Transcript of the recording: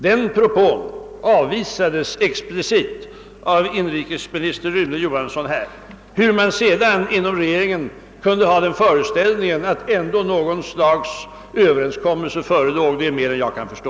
Denna framställning avvisades explicite av inrikesminister Rune Johansson här i riksdagen. Hur man därefter inom regeringen kunde ha den föreställningen att det ändå förelåg något slags överenskommelse, är mer än vad jag kan förstå.